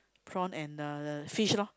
prawn and uh the fish loh